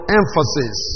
emphasis